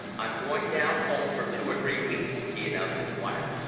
i'm going down home for two or three weeks, he announced to dyer,